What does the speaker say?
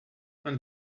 when